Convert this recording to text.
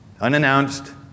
unannounced